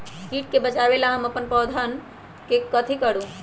किट से बचावला हम अपन बैंगन के पौधा के कथी करू?